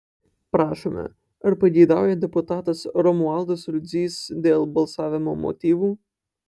prašome ar pageidauja deputatas romualdas rudzys dėl balsavimo motyvų